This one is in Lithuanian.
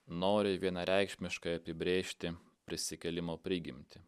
nori vienareikšmiškai apibrėžti prisikėlimo prigimtį